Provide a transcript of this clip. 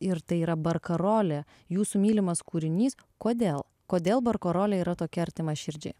ir tai yra barkarolė jūsų mylimas kūrinys kodėl kodėl barkarolė yra tokia artima širdžiai